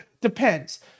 Depends